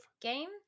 game